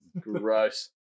Gross